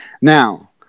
Now